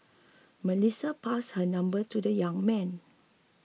Melissa passed her number to the young man